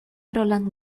roland